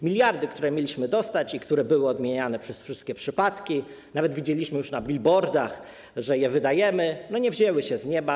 Miliardy, które mieliśmy dostać i które były odmieniane przez wszystkie przypadki, a nawet widzieliśmy już na billboardach, jak je wydajemy, nie wzięły się z nieba.